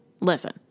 Listen